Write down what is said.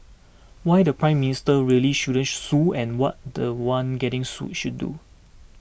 why the Prime Minister really shouldn't sue and what the one getting sued should do